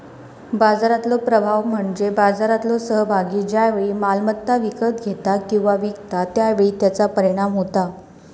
बाजारातलो प्रभाव म्हणजे बाजारातलो सहभागी ज्या वेळी मालमत्ता विकत घेता किंवा विकता त्या वेळी त्याचा परिणाम होता